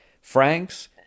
Franks